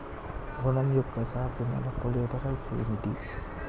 ఋణం యొక్క సాధ్యమైన కొలేటరల్స్ ఏమిటి?